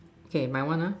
okay my one lah